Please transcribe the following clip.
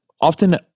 Often